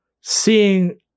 seeing